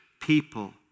people